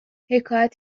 حکایت